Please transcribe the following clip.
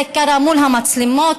זה קרה מול המצלמות,